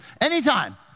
Anytime